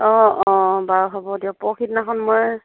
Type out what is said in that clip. অ অ বাৰু হ'ব দিয়ক পৰহি দিনাখন মই